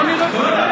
בוא נראה.